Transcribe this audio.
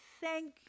thank